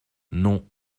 non